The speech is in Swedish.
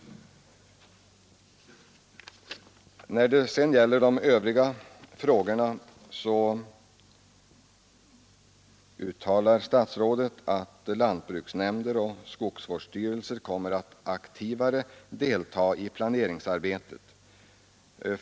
I anslutning till de övriga frågorna uttalar statsrådet att lantbruksnämnder och skogsvårdsstyrelser kommer att aktivare delta i planeringsarbetet.